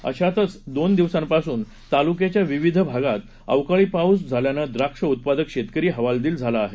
अशातच दोन दिवसांपासून तालुक्याच्या विविध भागात अवकाळी पाऊस झाल्यानं द्राक्ष उत्पादक शेतकरी हवालदिल झाले आहेत